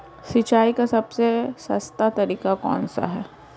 सिंचाई का सबसे सस्ता तरीका कौन सा है?